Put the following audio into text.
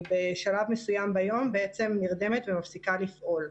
היא בשלב מסוים ביום נרדמת ומפסיקה לפעול.